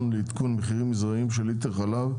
לעדכון מחירים מזעריים של ליטר חלב)